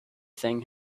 thing